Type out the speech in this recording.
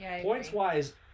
points-wise –